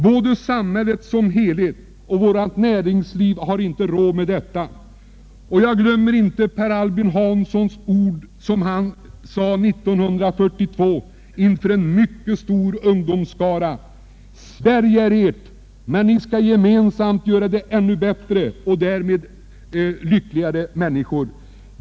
Både samhället som helhet och vårt näringsliv har inte råd med detta. Jag glömmer inte de ord som Per Albin Hansson sade är 1942 inför en mycket stor ungdomsskara: Sverige är ert — men ni skall i gemensamhet göra det ännu bättre och därmed bli lyckligare människor.